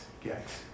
get